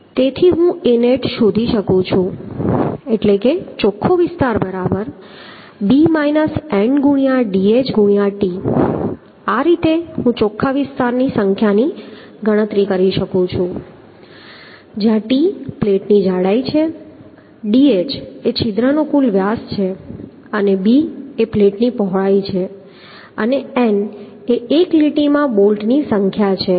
તેથી હું Anet શોધી શકું છું કે ચોખ્ખો વિસ્તાર બરાબર b ˗ n ✕ dh ✕ t છે આ રીતે હું ચોખ્ખા વિસ્તારની સંખ્યાની ગણતરી કરી શકું છું જ્યાં t પ્લેટની જાડાઈ છે dh એ છિદ્રનો કુલ વ્યાસ છે અને b એ પ્લેટની પહોળાઈ છે અને n એ એક લીટીમાં બોલ્ટની સંખ્યા છે